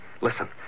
Listen